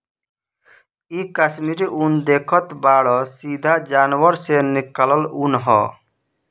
इ कश्मीरी उन देखतऽ बाड़ऽ सीधा जानवर से निकालल ऊँन ह